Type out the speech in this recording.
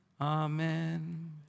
amen